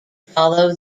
follow